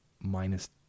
minus